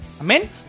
Amen